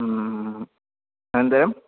अनन्तरम्